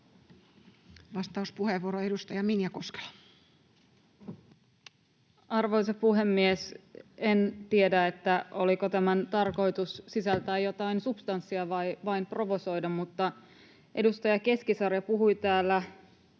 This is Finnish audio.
laeiksi Time: 15:32 Content: Arvoisa puhemies! En tiedä, oliko tämän tarkoitus sisältää jotain substanssia vai vain provosoida, mutta edustaja Keskisarja puhui täällä